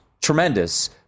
Tremendous